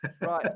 Right